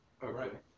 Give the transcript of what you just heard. right